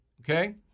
okay